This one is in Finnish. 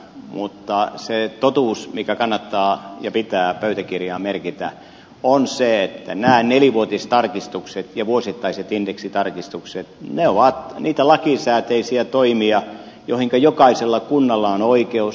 mutta se totuus mikä kannattaa ja pitää pöytäkirjaan merkitä on se että nämä nelivuotistarkistukset ja vuosittaiset indeksitarkistukset ovat niitä lakisääteisiä toimia joihinka jokaisella kunnalla on oikeus